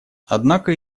однако